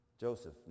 Joseph